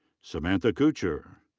samantha couture.